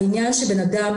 העניין שבן-אדם,